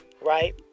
right